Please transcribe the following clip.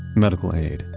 medical aid.